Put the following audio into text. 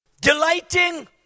Delighting